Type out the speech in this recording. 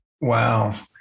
Wow